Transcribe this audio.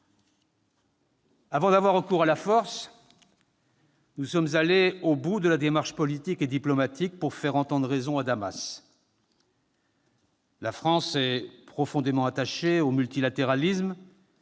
Avant d'avoir recours à la force, nous sommes allés au bout de la démarche politique et diplomatique pour faire entendre raison à Damas. La France est profondément attachée au multilatéralisme,